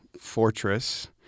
fortress